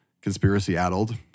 conspiracy-addled